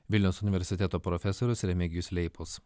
vilniaus universiteto profesorius remigijus leipus